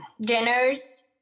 dinners